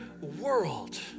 world